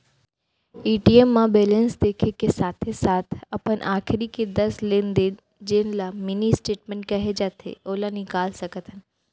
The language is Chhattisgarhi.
ए.टी.एम म बेलेंस देखे के साथे साथ अपन आखरी के दस लेन देन जेन ल मिनी स्टेटमेंट कहे जाथे ओला निकाल सकत हन